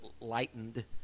lightened